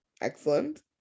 Excellent